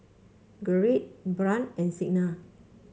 Gerrit Brant and Signa